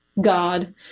God